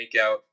Makeout